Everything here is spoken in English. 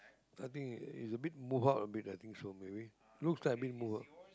I think it is is a bit move out a bit I think so maybe looks like a bit move out